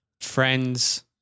friends